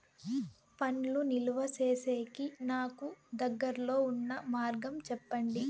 పండ్లు నిలువ సేసేకి నాకు దగ్గర్లో ఉన్న మార్గం చెప్పండి?